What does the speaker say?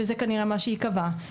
שזה כנראה מה שייקבע,